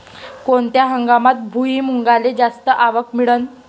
कोनत्या हंगामात भुईमुंगाले जास्त आवक मिळन?